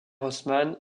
osman